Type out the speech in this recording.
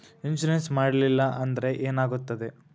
Insurance ಮಾಡಲಿಲ್ಲ ಅಂದ್ರೆ ಏನಾಗುತ್ತದೆ?